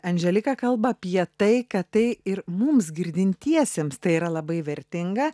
anželika kalba apie tai kad tai ir mums girdintiesiems tai yra labai vertinga